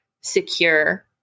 secure